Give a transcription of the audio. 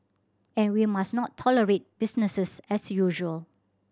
and we must not tolerate businesses as usual